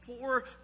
poor